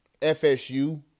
FSU